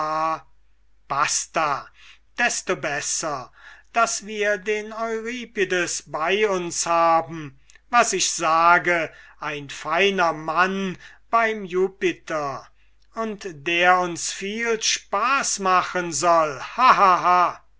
basta desto besser daß wir den euripides bei uns haben was ich sage ein feiner mann beim jupiter und der uns viel spaß machen soll